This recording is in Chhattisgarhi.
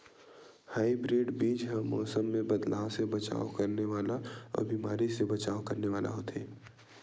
हाइब्रिड बीज हा मौसम मे बदलाव से बचाव करने वाला अउ बीमारी से बचाव करने वाला होथे